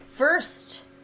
first